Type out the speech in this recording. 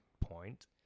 point